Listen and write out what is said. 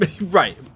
Right